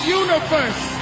universe